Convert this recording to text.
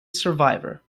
survivor